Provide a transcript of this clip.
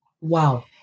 Wow